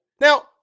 now